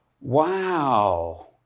Wow